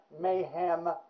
mayhem